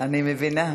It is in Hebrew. אני מבינה.